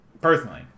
personally